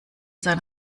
sein